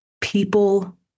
people